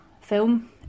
film